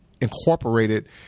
incorporated